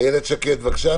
איילת שקד, בבקשה.